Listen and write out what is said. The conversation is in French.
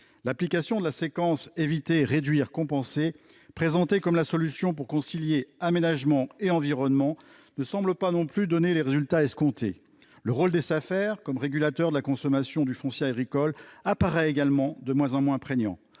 L'application de la séquence « éviter-réduire-compenser », présentée comme la solution pour concilier aménagement et environnement, ne semble pas non plus donner les résultats escomptés. Le rôle des Safer comme régulateurs de la consommation du foncier agricole apparaît également de moins en moins prégnant.